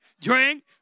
drink